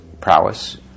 prowess